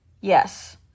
Yes